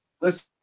listen